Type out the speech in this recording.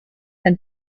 and